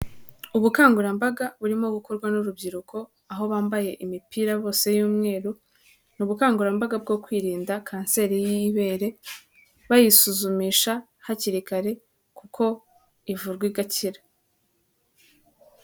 Ubukangurambaga burimo gukorwa n'urubyiruko, aho bambaye imipira bose y'umweru, ni ubukangurambaga bwo kwirinda kanseri y'ibere bayisuzumisha hakiri kare kuko ivurwa igakira.